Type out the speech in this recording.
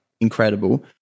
incredible